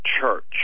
church